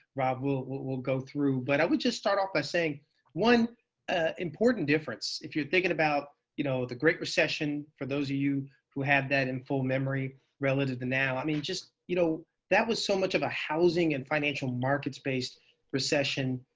rob will will go through. but i would just start off by saying one important difference. if you're thinking about you know the great recession, for those of you who have that in full memory relative to now. i mean, you know that was so much of a housing and financial markets-based recession.